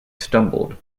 stumbled